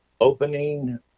opening